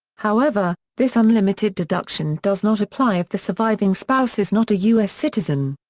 however, this unlimited deduction does not apply if the surviving spouse is not a u s. citizen.